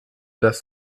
dass